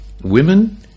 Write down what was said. women